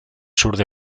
sur